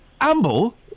Amble